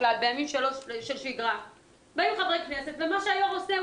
באים חברי כנסת ומה שהיו"ר עושה,